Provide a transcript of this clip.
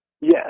yes